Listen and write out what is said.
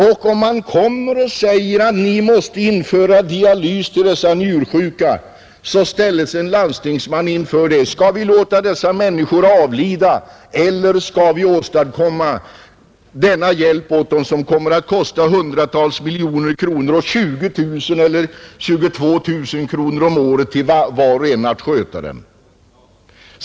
Om man kommer och säger att vi måste införa dialys för njursjuka, så ställs en landstingsman inför frågan: Skall vi låta dessa människor avlida eller skall vi åstadkomma denna hjälp som kommer att kosta hundratals miljoner kronor och 20 000 eller 22 000 om året för att sköta var och en av dem?